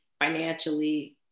financially